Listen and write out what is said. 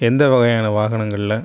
எந்த வகையான வாகனங்களில்